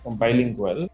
bilingual